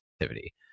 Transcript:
activity